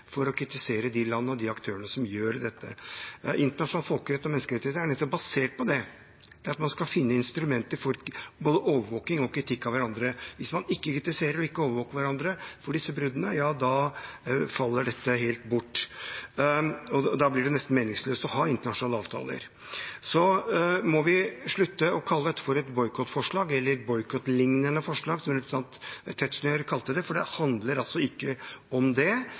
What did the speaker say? for å kritisere de landene og de aktørene som gjør dette. Internasjonal folkerett og menneskerettigheter er nettopp basert på at man skal finne instrumenter for både overvåking og kritikk av hverandre. Hvis man ikke kritiserer disse bruddene og ikke overvåker hverandre, faller dette helt bort. Da blir det nesten meningsløst å ha internasjonale avtaler. Så må vi slutte å kalle dette for et boikottforslag eller et boikottlignende forslag, som representanten Tetzschner kalte det, for det handler altså ikke om det.